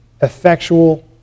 effectual